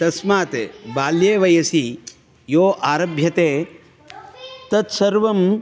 तस्मात् बाल्ये वयसि यो आरभ्यते तत् सर्वं